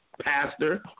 Pastor